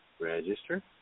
register